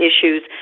issues